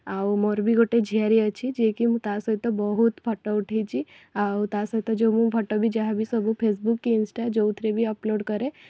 ଆଉ ମୋର ବି ଗୋଟେ ଝିଆରୀ ଅଛି ଯିଏ କି ମୁଁ ତା ସହିତ ବହୁତ ଫଟୋ ଉଠାଇଛି ଆଉ ତାସହିତ ଯେଉଁ ମୁଁ ଫଟୋ ଯାହା ବି ସବୁ ଫେସବୁକ କି ଇନଷ୍ଟା ଯେଉଁଥିରେ ବି ଅପଲୋଡ଼ କରେ